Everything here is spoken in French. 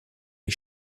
les